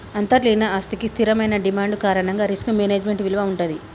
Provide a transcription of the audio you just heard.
అంతర్లీన ఆస్తికి స్థిరమైన డిమాండ్ కారణంగా రిస్క్ మేనేజ్మెంట్ విలువ వుంటది